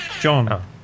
John